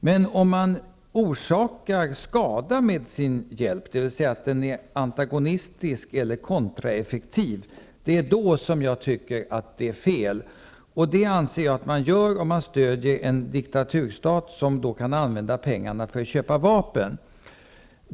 Men om man orsakar skada med sin hjälp, dvs. att den är antagonistisk eller kontraeffektiv, då tycker jag att det är fel. Den sortens hjälp anser jag att man ger om man stöder en diktaturstat som kan använda pengarna för att köpa vapen.